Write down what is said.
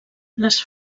les